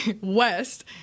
West